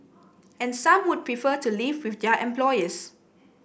and some would prefer to live with their employers